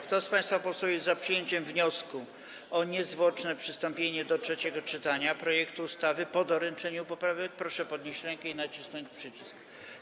Kto z państwa posłów jest za przyjęciem wniosku o niezwłoczne przystąpienie do trzeciego czytania projektu ustawy po doręczeniu poprawek, proszę podnieść rękę i nacisnąć przycisk.